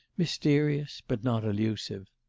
mysterious but not elusive.